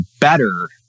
better